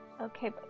Okay